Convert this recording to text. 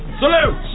Salute